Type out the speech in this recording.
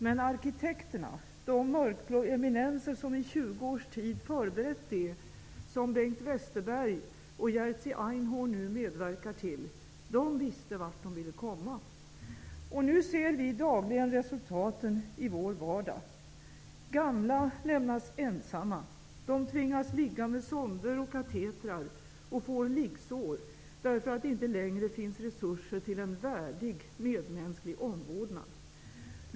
Men arkitekterna, de mörkblå eminenser som i 20 års tid förberett det som Bengt Westerberg och Jerzy Einhorn nu medverkar till, visste vart de ville komma. Nu ser vi dagligen resultaten i vår vardag. Gamla lämnas ensamma. De tvingas ligga med sonder och katetrar och får liggsår, därför att det inte längre finns resurser till en värdig, medmänsklig omvårdnad.